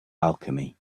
alchemy